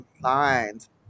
lines